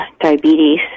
diabetes